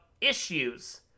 issues